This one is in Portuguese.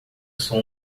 sou